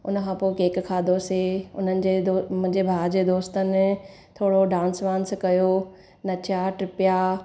हुनखां पोइ केक खाधोसीं हुननि जे दो मुंहिंजे भाउ जे दोस्तनि थोरो डांस वांस कयो नचिया टिपिया